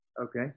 okay